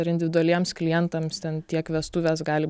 ar individualiems klientams ten tiek vestuvės gali